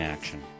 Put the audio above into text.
Action